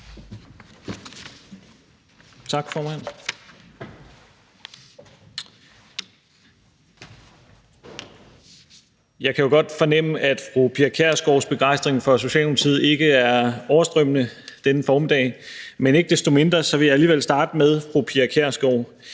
Jeg kan jo godt fornemme, at fru Pia Kjærsgaards begejstring for Socialdemokratiet ikke er overstrømmende denne formiddag, men ikke desto mindre vil jeg alligevel starte med fru Pia Kjærsgaard.